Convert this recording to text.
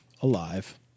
alive